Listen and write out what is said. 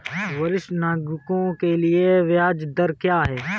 वरिष्ठ नागरिकों के लिए ब्याज दर क्या हैं?